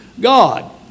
God